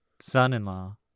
son-in-law